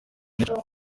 nature